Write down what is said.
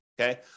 okay